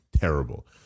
terrible